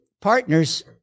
partners